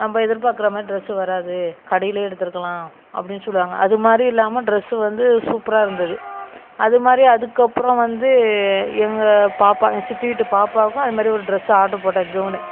நம்ம எதிர்பார்க்குறமாரி ட்ரெஸ்ஸு வராது கடையிலே எடுத்திருக்கலாம் அப்படின்னு சொல்லுவாங்கள் அதுமாதிரி இல்லாமல் ட்ரெஸ்ஸு வந்து சூப்பராக இருந்தது அதுமாதிரி அதுக்கப்புறம் வந்து எங்கள் பாப்பா என் சித்தி வீட்டு பாப்பாவுக்கும் அதுமாதிரி ஒரு ட்ரெஸ்ஸு ஆட்ரு போட்டேன் கெவுனு